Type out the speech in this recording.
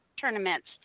tournaments